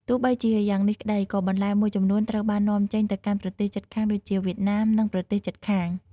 ទោះបីជាយ៉ាងនេះក្តី ក៏បន្លែមួយចំនួនត្រូវបាននាំចេញទៅកាន់ប្រទេសជិតខាងដូចជា វៀតណាម និងប្រទេសជិតខាង។